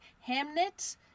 Hamnet